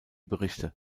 berichte